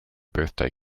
birthday